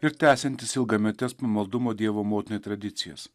ir tęsiantis ilgametes pamaldumo dievo motinai tradicijas